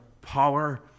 power